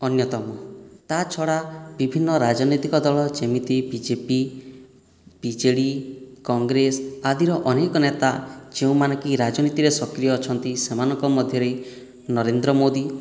ଅନ୍ୟତମ ତାହା ଛଡ଼ା ବିଭିନ୍ନ ରାଜନୈତିକ ଦଳ ଯେମିତି ବିଜେପି ବିଜେଡ଼ି କଂଗ୍ରେସ ଆଦିର ଅନେକ ନେତା ଯେଉଁମାନେ କି ରାଜନୀତିରେ ସକ୍ରିୟ ଅଛନ୍ତି ସେମାନଙ୍କ ମଧ୍ୟରେ ନରେନ୍ଦ୍ର ମୋଦୀ